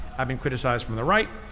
i've been criticized from the right.